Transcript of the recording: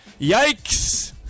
Yikes